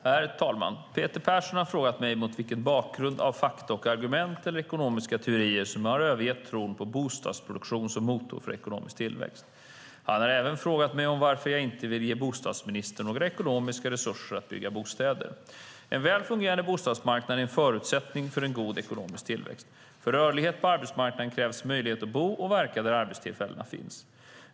Herr talman! Peter Persson har frågat mig mot vilken bakgrund av fakta och argument eller ekonomiska teorier som jag har övergett tron på bostadsproduktion som motor för ekonomisk tillväxt. Han har även frågat mig varför jag inte vill ge bostadsministern några ekonomiska resurser för att bygga bostäder. En väl fungerande bostadsmarknad är en förutsättning för god ekonomisk tillväxt. För rörlighet på arbetsmarknaden krävs möjlighet att bo och verka där arbetstillfällena finns.